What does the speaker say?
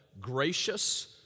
gracious